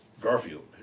Garfield